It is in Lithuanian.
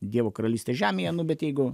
dievo karalystė žemėje nu bet jeigu